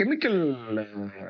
chemical